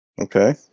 Okay